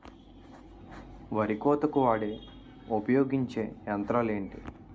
వరి కోతకు వాడే ఉపయోగించే యంత్రాలు ఏంటి?